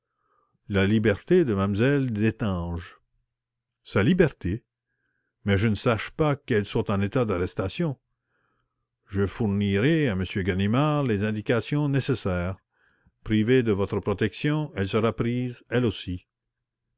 la liberté de m lle destange sa liberté mais je ne sache pas qu'elle soit en état d'arrestation je fournirai à m ganimard les indications nécessaires privée de votre protection elle sera prise elle aussi